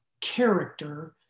character